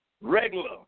regular